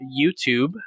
youtube